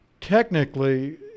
technically